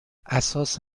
اساس